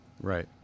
Right